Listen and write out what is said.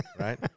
Right